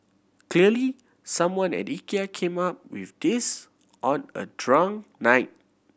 clearly someone at Ikea came up with this on a drunk night